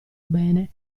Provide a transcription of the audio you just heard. bene